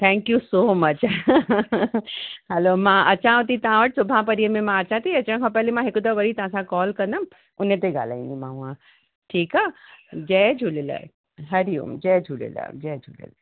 thank you so much hello मां अचांव थी तव्हां वटि सुभां पणींअ में मां अचां थी अचण खां पहले मां हिकु दफ़ो वरी तव्हां सां कॉल कंदमि उन ते ॻाल्हाईंदीमांव मां ठीकु आहे जय झूलेलाल हरि ओम जय झूलेलाल जय झूलेलाल